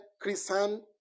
Christian